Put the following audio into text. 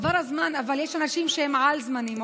עבר הזמן, אבל יש אנשים שהם על-זמניים.